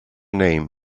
name